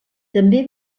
també